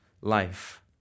life